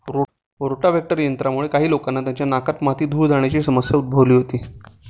rotavator यंत्रामुळे काही लोकांना त्यांच्या नाकात माती, धूळ जाण्याची समस्या उद्भवली होती